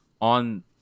on